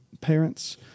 parents